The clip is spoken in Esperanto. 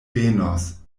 venos